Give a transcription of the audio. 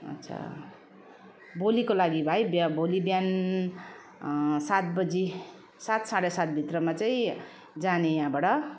अच्छा भोलिको लागि भाइ ब भोलि बिहान सात बजी सात साढे सात भित्रमा चाहिँ जाने यहाँबाट